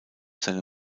seine